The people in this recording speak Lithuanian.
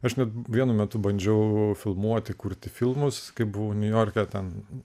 aš net vienu metu bandžiau filmuoti kurti filmus kaip buvo niujorke ten